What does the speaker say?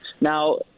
Now